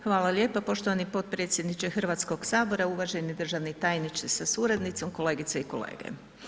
Hvala lijepa poštovani potpredsjedniče Hrvatskog sabora, uvaženi državni tajniče sa suradnicom, kolegice i kolege.